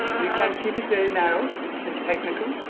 you can keep it very narrow and technical,